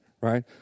right